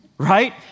Right